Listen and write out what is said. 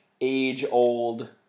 age-old